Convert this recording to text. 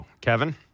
Kevin